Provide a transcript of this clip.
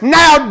now